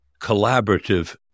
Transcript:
collaborative